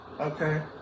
Okay